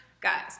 guys